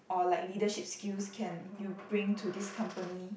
or like leadership skills can you bring to this company